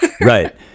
Right